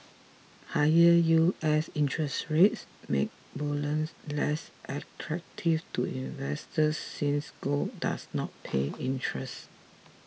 higher U S interest rates make bullion less attractive to investors since gold does not pay interest